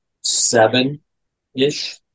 seven-ish